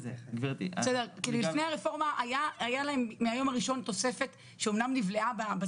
התוספת עצמה היא תוספת משמעותית.